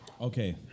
Okay